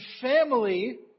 family